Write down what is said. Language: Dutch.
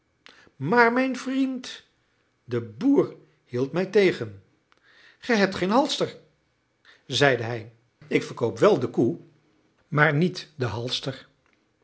maar mijn vriend de boer hield mij tegen ge hebt geen halster zeide hij ik verkoop wel de koe maar niet den halster